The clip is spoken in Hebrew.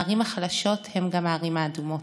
הערים החלשות הן גם הערים האדומות.